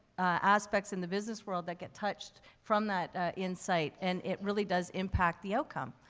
aspects in the business world that get touched from that, ah, insight, and it really does impact the outcome.